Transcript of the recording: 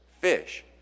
Fish